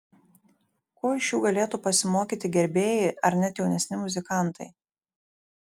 ko iš jų galėtų pasimokyti gerbėjai ar net jaunesni muzikantai